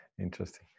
interesting